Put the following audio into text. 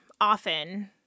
often